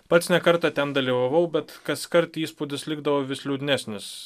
pats ne kartą ten dalyvavau bet kaskart įspūdis likdavo vis liūdnesnis